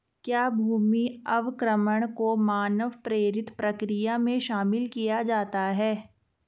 क्या भूमि अवक्रमण को मानव प्रेरित प्रक्रिया में शामिल किया जाता है?